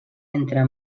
entre